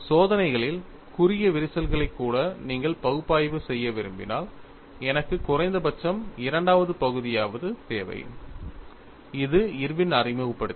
சோதனைகளில் குறுகிய விரிசல்களைக் கூட நீங்கள் பகுப்பாய்வு செய்ய விரும்பினால் எனக்கு குறைந்தபட்சம் இரண்டாவது பகுதியாவது தேவை இது இர்வின் அறிமுகப்படுத்தியது